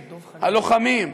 הלוחמים,